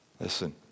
Listen